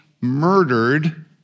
Murdered